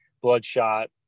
bloodshot